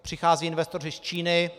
Přichází investoři z Číny.